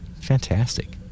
Fantastic